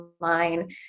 online